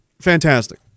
fantastic